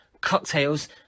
cocktails